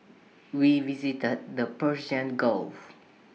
we visited the Persian gulf